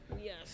Yes